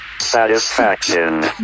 Satisfaction